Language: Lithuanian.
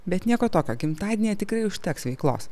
bet nieko tokio gimtadienyje tikrai užteks veiklos